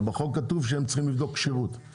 אבל בחוק כתוב שהם צריכים לבדוק כשירות,